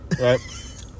right